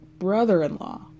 brother-in-law